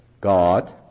God